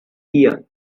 year